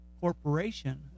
corporation